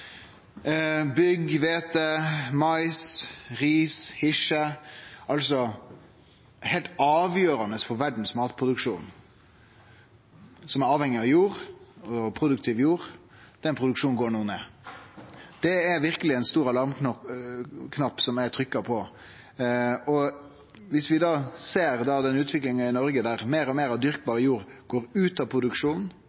mais, ris, hirse – altså korn som er heilt avgjerande for verdas matproduksjon – er avhengig av produktiv jord, og den produksjonen går no ned. Det er verkeleg ein stor alarmknapp ein har trykt på. Utviklinga i Noreg er at meir og